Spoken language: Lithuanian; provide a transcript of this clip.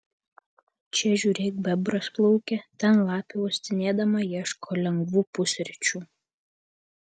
čia žiūrėk bebras plaukia ten lapė uostinėdama ieško lengvų pusryčių